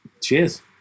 Cheers